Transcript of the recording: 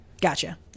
Gotcha